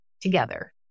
together